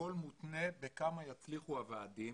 הכול מותנה בכמה יצליחו הוועדים,